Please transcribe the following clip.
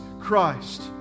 Christ